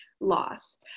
loss